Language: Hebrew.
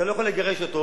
אתה לא יכול לגרש אותו,